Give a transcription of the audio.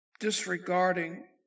disregarding